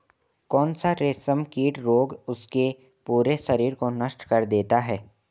कौन सा रेशमकीट रोग उसके पूरे शरीर को नष्ट कर देता है?